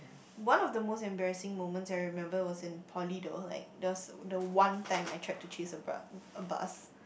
one of the most embarrassing moments I remember was in poly though like there was the one time I tried to chase a bra a bus